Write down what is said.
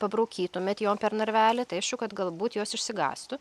pabraukytumėt jom per narvelį tai aišku kad galbūt jos išsigąstų